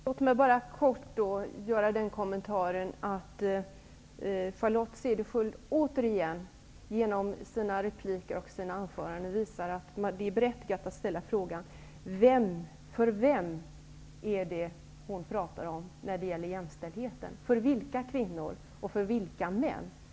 Herr talman! Charlotte Cedershiöld visar återigen i sina repliker och anföranden att det är berättigat att ställa frågan: För vem pratar hon när det gäller jämställdhet? För vilka kvinnor och för vilka män?